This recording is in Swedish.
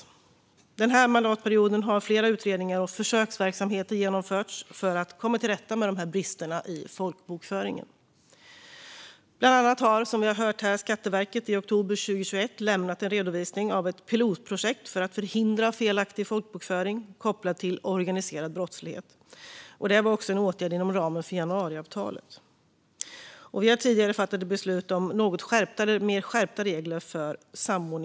Under denna mandatperiod har flera utredningar och försöksverksamheter genomförts för att komma till rätta med dessa brister i folkbokföringen. Bland annat har Skatteverket i oktober 2021 lämnat en redovisning av ett pilotprojekt för att förhindra felaktig folkbokföring kopplad till organiserad brottslighet. Det var också en åtgärd inom ramen för januariavtalet. Och vi har tidigare fattat beslut om skärpta regler för samordningsnummer. Fru talman!